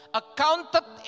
accounted